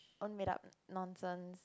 own made up nonsense